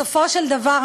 בסופו של דבר,